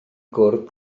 gwrdd